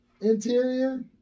interior